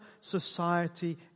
society